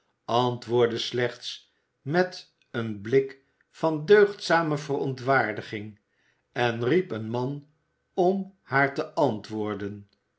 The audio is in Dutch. antwoordde slechts met een blik van deugdzame verontwaardiging en riep een man om haar te antwoorden